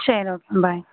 சரி ஓகே பாய்